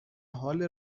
حال